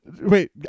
Wait